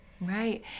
Right